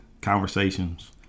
conversations